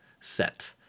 set